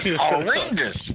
horrendous